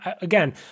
again